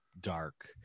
dark